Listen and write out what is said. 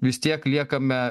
vis tiek liekame